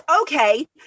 okay